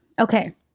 Okay